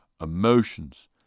emotions